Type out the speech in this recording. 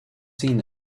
seen